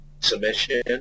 submission